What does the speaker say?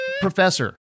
professor